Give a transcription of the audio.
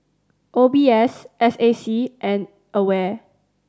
O B S S A C and AWARE